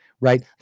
right